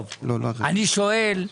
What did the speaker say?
אני שואל,